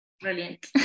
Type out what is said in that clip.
Brilliant